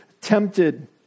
tempted